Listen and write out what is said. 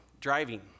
driving